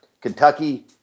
Kentucky